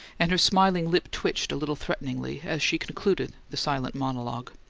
and her smiling lip twitched a little threateningly, as she concluded the silent monologue.